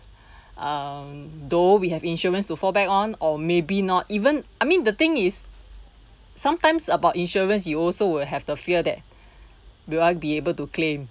um though we have insurance to fall back on or maybe not even I mean the thing is sometimes about insurance you also will have to fear that will I be able to claim